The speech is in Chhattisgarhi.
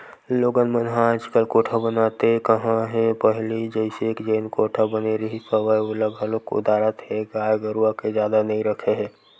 लोगन मन ह आजकल कोठा बनाते काँहा हे पहिली जइसे जेन कोठा बने रिहिस हवय ओला घलोक ओदरात हे गाय गरुवा के जादा नइ रखे ले